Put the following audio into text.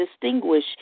distinguish